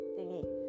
thingy